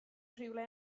rhywle